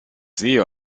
sehe